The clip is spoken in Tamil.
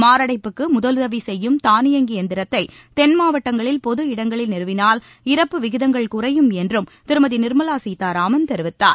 மாரடைப்புக்கு முதலுதவி செய்யும் தானியங்கி எந்திரத்தை தென் மாவட்டங்களில் பொது இடங்களில் நிறுவினால் இறப்பு விகிதங்கள் குறையும் என்றும் திருமதி நிர்மலா சீதாராமன் தெரிவித்தார்